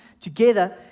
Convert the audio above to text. together